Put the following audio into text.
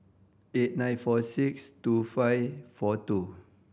eight nine four six two five four two